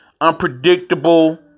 unpredictable